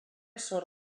sor